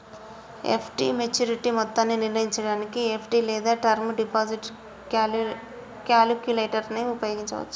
FD maturity మొత్తాన్ని నిర్ణయించడానికి FD లేదా టర్మ్ డిపాజిట్ క్యాలిక్యులేటర్ను ఉపయోగించవచ్చు